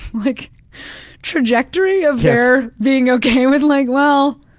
like trajectory of their being okay with like, well,